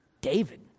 David